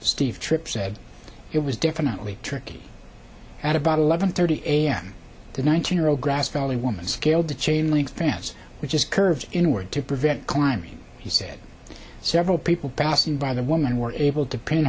steve tripp said it was definitely tricky at about eleven thirty a m the nineteen year old grass valley woman scaled the chain link fence which is curved inward to prevent climbing he said several people passing by the woman were able to pin